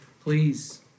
please